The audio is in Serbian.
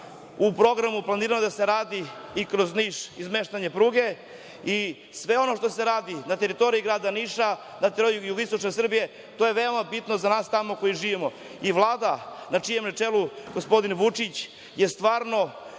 u programu planirano da se radi i kroz Niš izmeštanje pruge i sve ono što se radi na teritoriji grada Niša i jugoistočne Srbije to je veoma bitno za nas koji tamo živimo. Vlada na čijem je čelu gospodin Vučić je stvarno